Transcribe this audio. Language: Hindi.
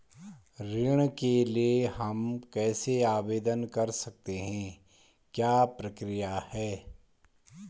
ऋण के लिए हम कैसे आवेदन कर सकते हैं क्या प्रक्रिया है?